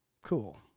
Cool